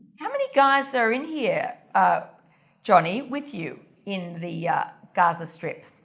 how many guys are in here ah jhonnie, with you in the yeah gaza strip?